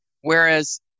Whereas